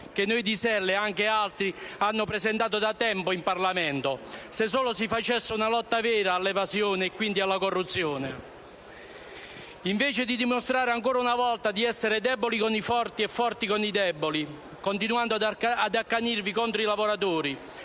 che noi di SEL insieme ad altri abbiamo presentato da tempo in Parlamento, se solo si facesse una lotta vera all'evasione e, quindi, alla corruzione. Al contrario, si dimostra ancora una volta di essere deboli con i forti e forti con i deboli e continuate ad accanirvi contro i lavoratori,